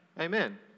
Amen